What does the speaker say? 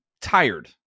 tired